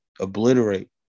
obliterate